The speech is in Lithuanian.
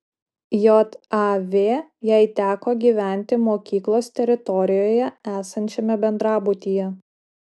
jav jai teko gyventi mokyklos teritorijoje esančiame bendrabutyje